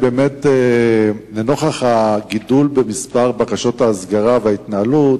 האם באמת לנוכח הגידול במספר בקשות ההסגרה וההתנהלות,